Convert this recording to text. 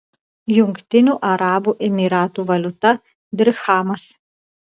jungtinių arabų emyratų valiuta dirchamas